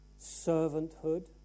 servanthood